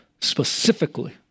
specifically